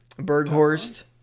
Berghorst